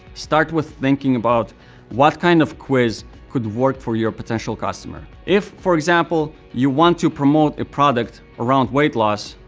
start with thinking about what kind of quiz could work for your potential customer. if, for example, you want to promote a product around weight loss,